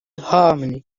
harmony